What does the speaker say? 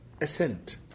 assent